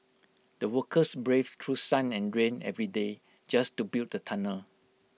the workers braved through sun and rain every day just to build the tunnel